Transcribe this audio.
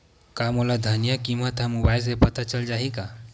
का मोला धनिया किमत ह मुबाइल से पता चल जाही का?